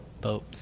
boat